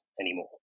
anymore